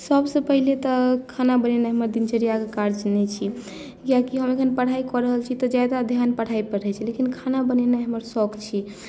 सभसँ पहिने तऽ खाना बनेनाइ हमर दिनचर्याक कार्य नहि छी कियाकी हम अखन पढ़ाइ कऽ रहल छी तऽ ज्यादा ध्यान पढ़ाइपर रहैत छै लेकिन खाना बनेनाइ हमर शौख छी